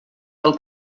del